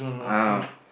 ah